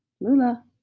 Lula